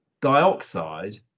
dioxide